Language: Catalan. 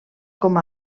com